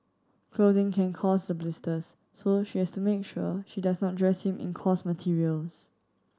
clothing can cause the blisters so she has to make sure she does not dress him in coarse materials